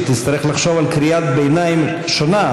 אז תצטרך לחשוב על קריאת ביניים שונה.